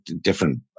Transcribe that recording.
different